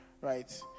right